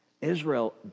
Israel